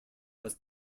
must